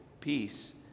peace